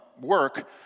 work